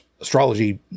Astrology